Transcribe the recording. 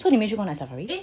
so 你没有去过 night safari